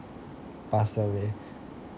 pass away